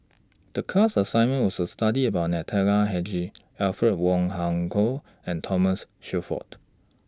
The class assignment was to study about Natalie Hennedige Alfred Wong Hong Kwok and Thomas Shelford